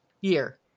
year